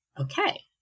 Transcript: Okay